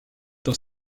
dans